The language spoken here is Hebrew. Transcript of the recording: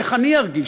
איך אני ארגיש?